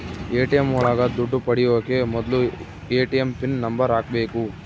ATM ಒಳಗ ದುಡ್ಡು ಪಡಿಯೋಕೆ ಮೊದ್ಲು ಎ.ಟಿ.ಎಂ ಪಿನ್ ನಂಬರ್ ಹಾಕ್ಬೇಕು